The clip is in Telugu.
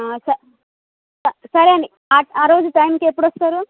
సరే అండి ఆ రోజు టైంకి ఎప్పుడొస్తారు